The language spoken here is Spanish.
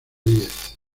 diez